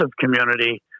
community